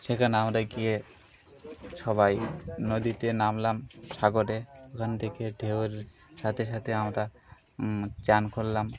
সেখানে আমরা গিয়ে সবাই নদীতে নামলাম সাগরে ওখান থেকে ঢেউয়ের সাথে সাথে আমরা স্নান করলাম